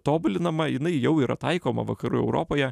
tobulinama jinai jau yra taikoma vakarų europoje